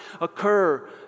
occur